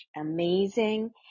amazing